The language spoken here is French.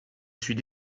suis